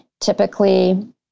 typically